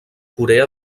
corea